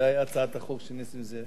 זו היתה הצעת החוק של נסים זאב.